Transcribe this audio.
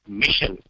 mission